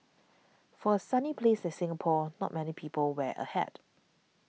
for a sunny place like Singapore not many people wear a hat